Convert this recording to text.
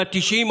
על ה-90,